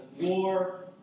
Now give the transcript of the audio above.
war